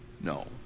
No